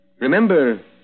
remember